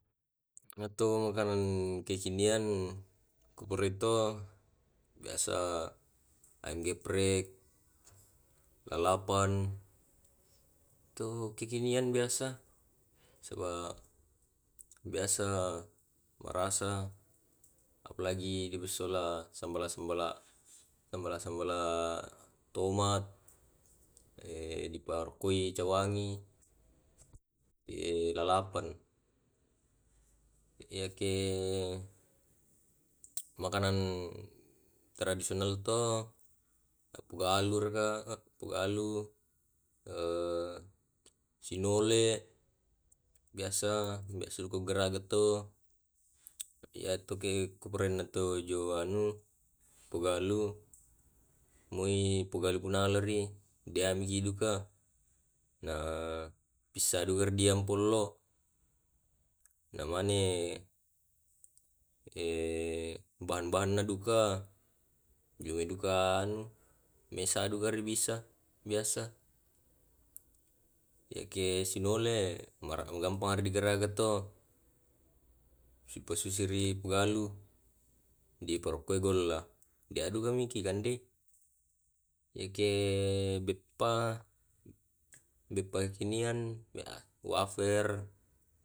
Yato makanan kekinian ku purai to biasa ayam geprek lalapan to kekinian biasa saba biasa marasa apalagi di pasisola sambala-sambala sambala-sambala tomat di parokkoi cawangi ke lalapan yake makanan tradisional to apualur ka pualu sinole biasa biasa duka ku garaga to ya to ke ku purainna to jo anu pugalu moi pugalu punala ri di anu ri duka na pissa duka ri di ampolo na mane bahan-bahanna duka jumai duka anu mesa duka ri bisa biasa yake sinole ma ra gampang ri di garage to di pasusi ri pugalu di parokkoi golla deak duka miki kandei yake beppa beppa kekinian ya wafer.